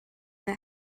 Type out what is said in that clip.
that